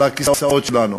על הכיסאות שלנו,